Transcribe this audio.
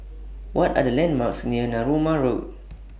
What Are The landmarks near Narooma Road